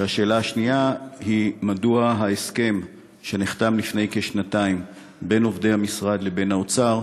2. מדוע ההסכם שנחתם לפני כשנתיים בין עובדי המשרד לבין האוצר,